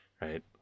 Right